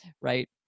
right